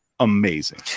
amazing